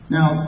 Now